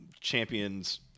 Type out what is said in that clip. champions